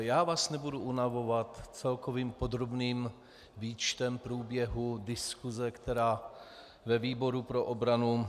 Já vás nebudu unavovat celkovým podrobným výčtem průběhu diskuse, která byla ve výboru pro obranu.